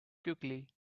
quickly